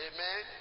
Amen